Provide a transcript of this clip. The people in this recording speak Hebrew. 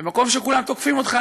במקום שכולם תוקפים אותך,